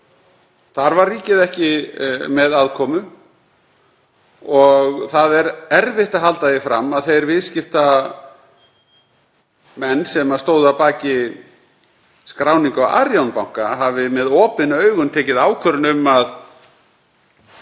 Þar var ríkið ekki með aðkomu. Það er erfitt að halda því fram að þeir viðskiptamenn sem stóðu að baki skráningu á Arion banka hafi með opin augun tekið ákvörðun um að